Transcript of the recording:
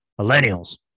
millennials